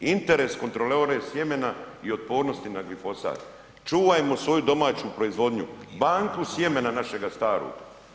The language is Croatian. Interes kontrole sjemena i otpornosti na glifosat, čuvajmo svoju domaću proizvodnju, banku sjemena našega starog.